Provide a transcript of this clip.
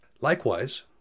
Likewise